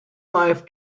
life